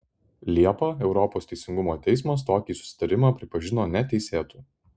liepą europos teisingumo teismas tokį susitarimą pripažino neteisėtu